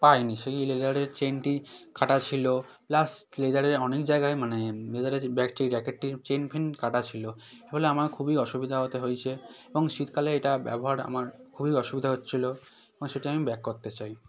পাইনি সেই লেদারের চেনটি কাটা ছিল প্লাস লেদারের অনেক জায়গায় মানে লেদারের ব্যাগটি জ্যাকেটটির চেন ফেন কাটা ছিল ফলে আমার খুবই অসুবিধা হতে হয়েছে এবং শীতকালে এটা ব্যবহার আমার খুবই অসুবিধা হচ্ছিল এবং সেটা আমি ব্যাক করতে চাই